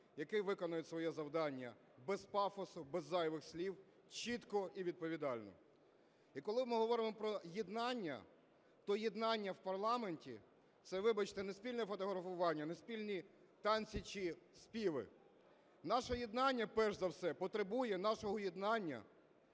які виконають своє завдання без пафосу, без зайвих слів, чітко і відповідально. І коли ми говоримо про єднання, то єднання в парламенті – це, вибачте, не спільне фотографування, не спільні танці чи співи. Наше єднання, перш за все, потребує нашого єднання